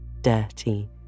dirty